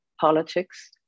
politics